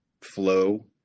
flow